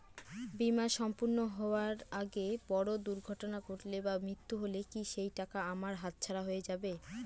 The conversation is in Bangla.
বীমা সম্পূর্ণ হওয়ার আগে বড় দুর্ঘটনা ঘটলে বা মৃত্যু হলে কি সেইটাকা আমার হাতছাড়া হয়ে যাবে?